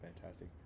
fantastic